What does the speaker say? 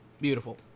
Beautiful